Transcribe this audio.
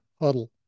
huddle